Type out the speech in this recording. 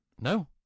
No